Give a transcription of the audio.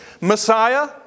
Messiah